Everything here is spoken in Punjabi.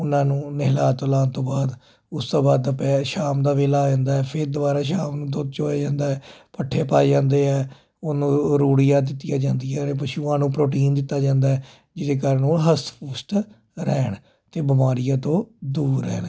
ਉਹਨਾਂ ਨੂੰ ਨਹਿਲਾ ਤੁਲਾ ਤੋਂ ਬਾਅਦ ਉਸ ਤੋਂ ਬਾਅਦ ਦੁਪਹਿਰ ਸ਼ਾਮ ਦਾ ਵੇਲਾ ਆ ਜਾਂਦਾ ਫਿਰ ਦੁਬਾਰਾ ਸ਼ਾਮ ਨੂੰ ਦੁੱਧ ਚੋਇਆ ਜਾਂਦਾ ਪੱਠੇ ਪਾਈ ਜਾਂਦੇ ਆ ਉਹਨੂੰ ਰੂੜੀਆਂ ਦਿੱਤੀਆਂ ਜਾਂਦੀਆਂ ਨੇ ਪਸ਼ੂਆਂ ਨੂੰ ਪ੍ਰੋਟੀਨ ਦਿੱਤਾ ਜਾਂਦਾ ਜਿਹਦੇ ਕਾਰਨ ਉਹ ਹਸਤ ਪੁਸ਼ਟ ਰਹਿਣ ਅਤੇ ਬਿਮਾਰੀਆਂ ਤੋਂ ਦੂਰ ਰਹਿਣ